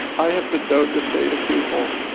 i have been known to say to people,